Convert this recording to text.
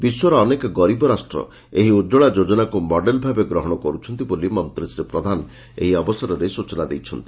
ବିଶ୍ୱର ଅନେକ ଗରିବ ରାଷ୍ଟ ଏହି ଉଜ୍ୱଳା ଯୋଜନାକୁ ମଡେଲ ଭାବେ ଗ୍ରହଣ କରୁଛନ୍ତି ବୋଲି ମନ୍ତୀ ଶ୍ରୀ ପ୍ରଧାନ ଏହି ଅବସରରେ ସ୍ଚନା ଦେଇଛନ୍ତି